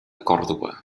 còrdova